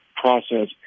process